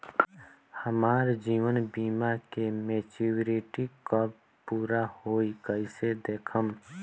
हमार जीवन बीमा के मेचीयोरिटी कब पूरा होई कईसे देखम्?